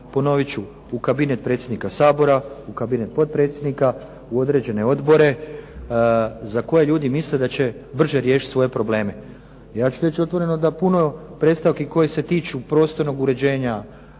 ponovit ću u kabinet predsjednika Sabora, u kabinet potpredsjednika, u određene odbore za koji ljudi misle da će brže riješiti svoje probleme. Ja ću reći otvoreno da puno predstavki koje se tiču prostornog uređenja,